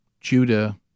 Judah